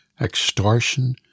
extortion